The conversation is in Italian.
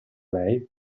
lei